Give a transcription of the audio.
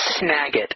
Snagit